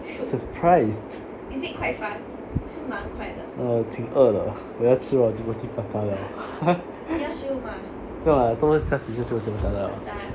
surprised uh 挺饿的我要吃我的 roti prata liao 不用啦多几分钟就要走 liao